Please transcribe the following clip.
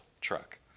truck